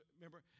remember